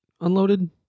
unloaded